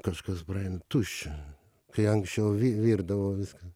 kažkas praein tuščia kai anksčiau vi virdavo viską